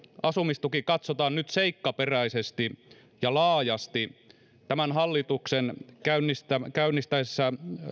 asumistuki katsotaan nyt seikkaperäisesti ja laajasti tämän hallituksen käynnistäessä käynnistäessä